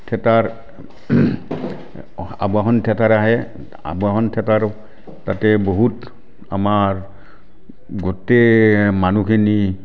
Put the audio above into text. theatre Awahan theatre আহে Awahan theatre তাতে বহুত আমাৰ গোটেই মানুহখিনি